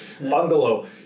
bungalow